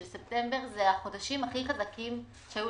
של ספטמבר אלה החודשים הכי חזקים שהיו.